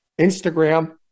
Instagram